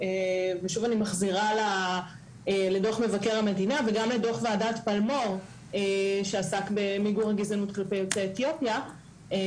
גם אם מרחוק וגם אם מקרוב ונכחו כבר בפגישות שהיו